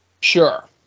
Sure